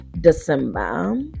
December